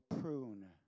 prune